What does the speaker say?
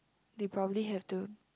they probably have to